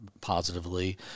positively